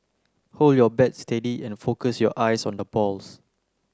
hold your bat steady and focus your eyes on the balls